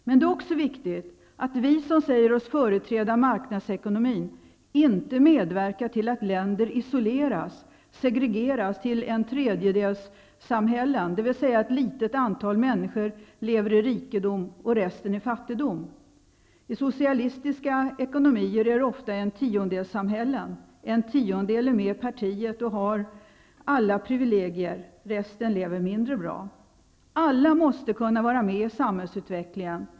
Men det är också viktigt att vi som säger oss företräda marknadsekonomin inte medverkar till att länder isoleras, segregeras till ''entredjedelssamhällen'', dvs. att ett litet antal människor lever i rikedom och resten i fattigdom. Socialistiska ekonomier är ofta ''entiondels-samhällen'' -- en tiondel är med i partiet och har alla privilegier, medan resten lever mindre bra. Alla måste kunna vara med i samhällsutvecklingen.